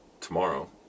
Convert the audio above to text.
tomorrow